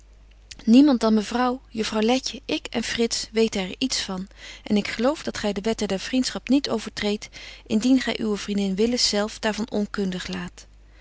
dan mevrouw juffrouw letje ik en frits weten er iets van en ik geloof dat gy de wetten der vriendschap niet overtreedt indien gy uwe vriendin willis zelf daar van onkundig laat